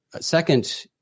second